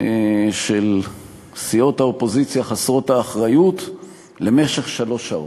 של סיעות האופוזיציה חסרות האחריות למשך שלוש שעות.